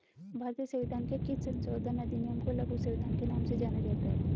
भारतीय संविधान के किस संशोधन अधिनियम को लघु संविधान के नाम से जाना जाता है?